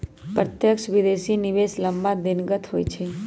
प्रत्यक्ष विदेशी निवेश लम्मा दिनगत होइ छइ